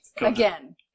again